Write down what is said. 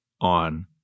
on